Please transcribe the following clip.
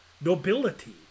nobility